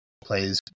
plays